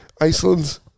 Iceland